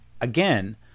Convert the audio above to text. again